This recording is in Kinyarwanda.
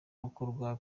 gukorwa